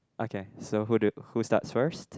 okay so who do who starts first